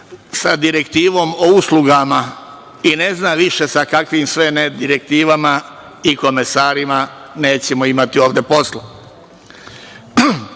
sa direktivom o uslugama i ne znam više sa kakvim ne sve direktivama i komesarima nećemo imati ovde